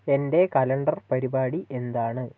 എന്റെ കലണ്ടര് പരിപാടി എന്താണ്